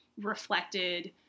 reflected